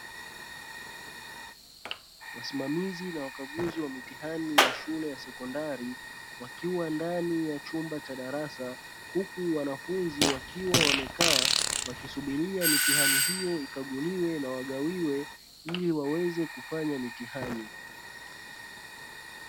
Wasimamizi na wakaguzi wa mitihani ya shule ya sekondari, wakiwa ndani ya chumba cha darasa, huku wanafunzi wakiwa wamekaa wakisubiria mitihani hiyo ikaguliwe na wagawiwe ili waweze kufanya mitihani.